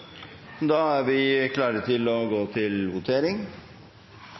Da er vi klare til å gå til votering.